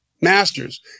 masters